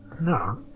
No